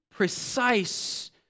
precise